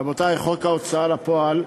רבותי, חוק ההוצאה לפועל,